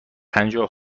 پنجاه